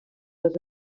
les